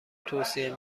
توصیه